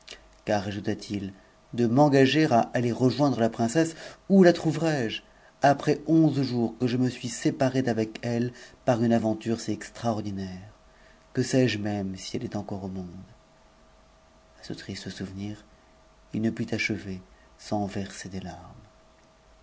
car ajouta-t-il de m'engager l ttfft rejoindre la princesse où ta trouverais-je après onze jours que je suis séparé d'avec elle par une aventure si extraordinaire que sais-je t j si elle est encore au monde a ce triste souvenir il ne put achever u s c scr des larmes